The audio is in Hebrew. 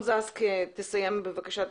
אלון זקס, תסיים בבקשה.